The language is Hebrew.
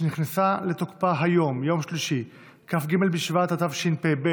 שנכנסה לתוקפה היום, יום שלישי, כ"ג בשבט התשפ"ב,